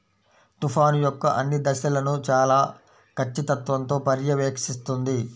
తుఫాను యొక్క అన్ని దశలను చాలా ఖచ్చితత్వంతో పర్యవేక్షిస్తుంది